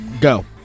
go